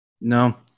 No